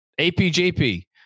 APJP